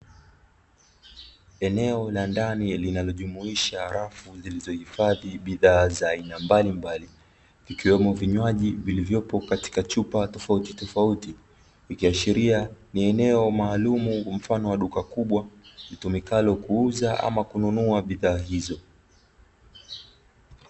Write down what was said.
Eneo la ndani linalojumuisha rafu zilizohifadhi bidhaa za aina mbalimbali, ikiwemo vinywaji vilivyopo katika chupa tofautitofauti, ikiashiria ni eneo maalumu mfano wa duka kubwa litumikalo kuuza ama kununua bidhaa hizo.